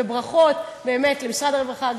וברכות באמת למשרד הרווחה,